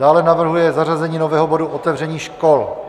Dále navrhuje zařazení nového bodu otevření škol.